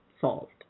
solved